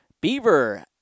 Beaver